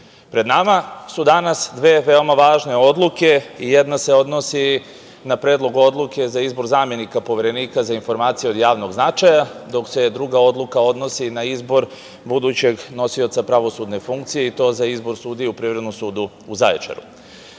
pred nama su danas dve veoma važne odluke i jedna se odnosi na Predlog odluke za izbor zamenika Poverenika za informacije od javnog značaja, dok se druga odluka odnosi na izbor budućeg nosioca pravosudne funkcije i to za izbor sudije u Privrednom sudu u Zaječaru. Na